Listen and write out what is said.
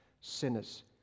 sinners